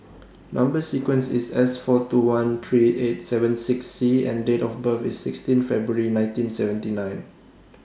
Number sequence IS S four two one three eight seven six C and Date of birth IS sixteen February nineteen seventy nine